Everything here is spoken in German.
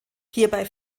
hierbei